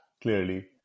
clearly